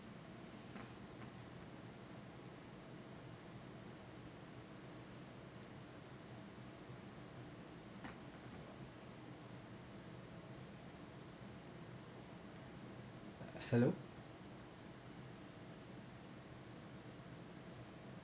hello